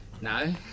No